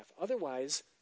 Otherwise